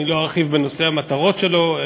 אני לא ארחיב בנושא המטרות שלו,